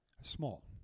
Small